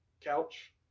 couch